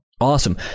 Awesome